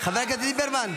חבר הכנסת ליברמן,